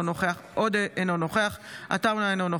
אינו נוכח איימן עודה,